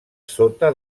sota